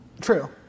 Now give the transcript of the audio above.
True